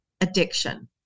addiction